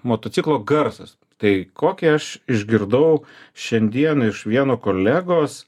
motociklo garsas tai kokį aš išgirdau šiandieną iš vieno kolegos